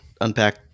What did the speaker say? unpack